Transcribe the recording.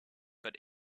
but